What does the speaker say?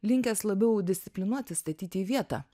linkęs labiau disciplinuot įstatyt į vietą